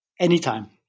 Anytime